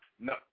No